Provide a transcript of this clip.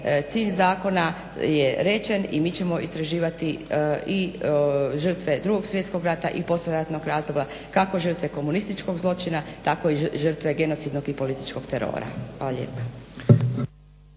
cilj zakona je rečen i mi ćemo istraživati i žrtve Drugog svjetskog rata i poslijeratnog razdoblja kako žrtve komunističkog zločina, tako i žrtve genocidnog i političkog terora. Hvala lijepa.